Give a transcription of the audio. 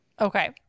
Okay